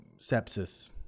sepsis